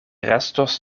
restos